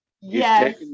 yes